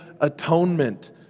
atonement